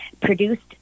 produced